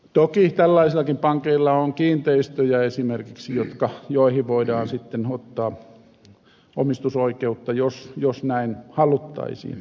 toki tällaisillakin pankeilla on esimerkiksi kiinteistöjä joihin voidaan sitten ottaa omistusoikeutta jos näin haluttaisiin